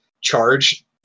charge